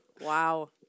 Wow